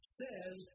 says